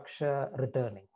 returning